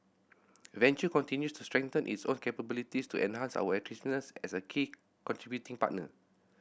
venture continues to strengthen its own capabilities to enhance our attractiveness as a key contributing partner